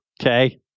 Okay